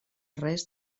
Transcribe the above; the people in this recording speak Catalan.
res